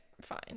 Fine